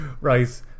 Right